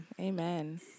amen